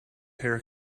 hair